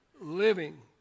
Living